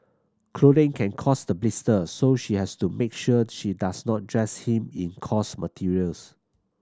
clothing can cause the blisters so she has to make sure she does not dress him in coarse materials